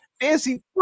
fancy